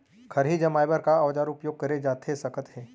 खरही जमाए बर का औजार उपयोग करे जाथे सकत हे?